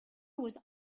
was